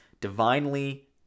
divinely